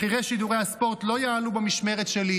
מחירי שידורי הספורט לא יעלו במשמרת שלי.